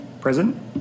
Present